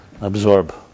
absorb